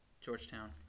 georgetown